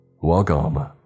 Welcome